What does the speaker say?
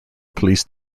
police